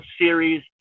series